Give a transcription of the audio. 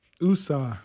Usa